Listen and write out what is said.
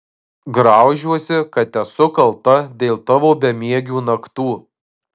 graužiuosi kad esu kalta dėl tavo bemiegių naktų